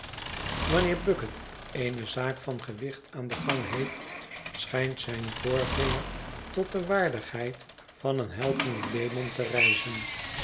wanneer bucket eene zaak van gewicht aan den gang heeft schijnt zijn voorvinger tot de waardigheid van een helpenden